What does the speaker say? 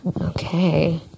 Okay